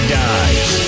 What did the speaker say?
dies